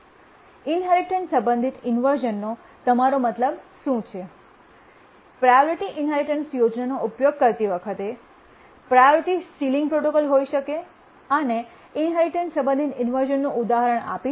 inheritance સંબંધિત ઇન્વર્શ઼નનો તમારો મતલબ શું છે પ્રાયોરિટી ઇન્હેરિટન્સ યોજનાનો ઉપયોગ કરતી વખતે પ્રાયોરિટી સીલીંગ પ્રોટોકોલ હોઈ શકે અને ઇન્હેરિટન્સ સંબંધિત ઇન્વર્શ઼નનું ઉદાહરણ આપી શકે